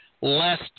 less